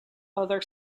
other